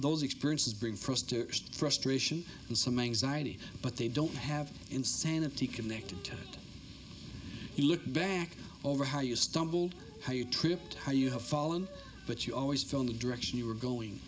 those experiences bring frustration and some anxiety but they don't have insanity connect to look back over how you stumble how you tripped how you have fallen but you always fill in the direction you were going